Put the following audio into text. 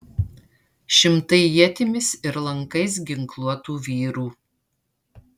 šimtai ietimis ir lankais ginkluotų vyrų